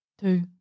two